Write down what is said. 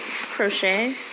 crochet